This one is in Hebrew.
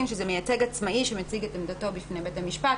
שזה מייצג עצמאי שמציג את עמדתו בפני בית המשפט.